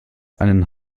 einen